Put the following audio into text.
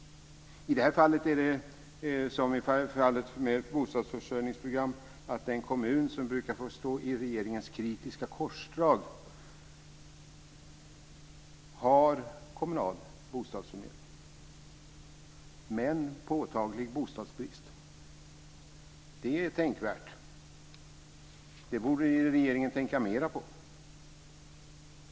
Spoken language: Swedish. I detta fall är det, som i fallet med bostadsförsörjningsprogram, så att den kommun som brukar få stå i regeringens kritiska korsdrag har kommunal bostadsförmedling men påtaglig bostadsbrist. Det är tänkvärt. Det borde regeringen tänka mera på.